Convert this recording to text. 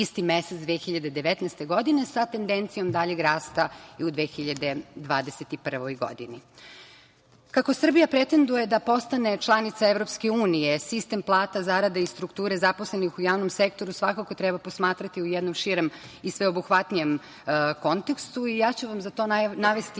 isti mesec 2019. godine, sa tendencijom daljeg rasta i u 2021. godini. Kako Srbija pretenduje da postane članica EU, sistem plata, zarada i strukture zaposlenih u javnom sektoru svakako treba posmatrati u jednom širem i sveobuhvatnijem kontekstu i ja ću vam za to navesti